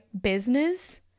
business